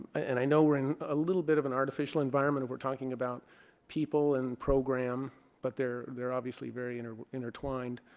and i know when a little bit of an artificial environment environment we're talking about people and program but they're they're obviously very interval intertwined